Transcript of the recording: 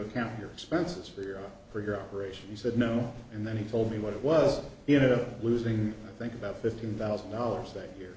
account your expenses for your for your operation he said no and then he told me what it was you know losing think about fifteen thousand dollars a year